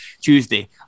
Tuesday